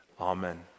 Amen